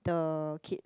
the kid